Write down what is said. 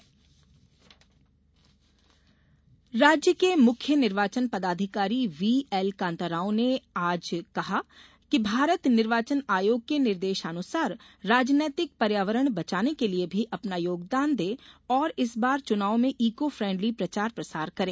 चुनाव बैठक राज्य के मुख्य निर्वाचन पदाधिकारी व्हीएलकांताराव ने कहा है कि भारत निर्वाचन आयोग के निर्देशानुसार राजनैतिक पर्यावरण बचाने के लिये भी अपना योगदान दे और इस बार चुनाव में ईको फ़ेंडली प्रचार प्रसार करें